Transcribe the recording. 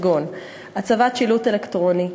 כגון הצבת שילוט אלקטרוני,